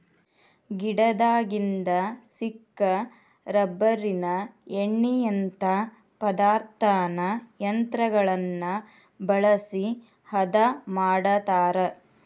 ಗಿಡದಾಗಿಂದ ಸಿಕ್ಕ ರಬ್ಬರಿನ ಎಣ್ಣಿಯಂತಾ ಪದಾರ್ಥಾನ ಯಂತ್ರಗಳನ್ನ ಬಳಸಿ ಹದಾ ಮಾಡತಾರ